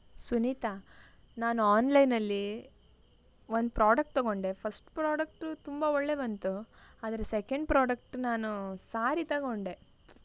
ಸುನಿತಾ ನಾನು ಆನ್ಲೈನಲ್ಲಿ ಒಂದು ಪ್ರಾಡಕ್ಟ್ ತಗೊಂಡೆ ಫಸ್ಟ್ ಪ್ರಾಡಕ್ಟ ತುಂಬ ಒಳ್ಳೆ ಬಂತು ಆದರೆ ಸೆಕೆಂಡ್ ಪ್ರಾಡಕ್ಟ್ ನಾನು ಸಾರಿ ತಗೊಂಡೆ